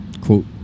quote